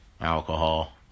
alcohol